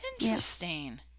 interesting